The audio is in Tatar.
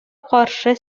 каршы